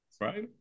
Right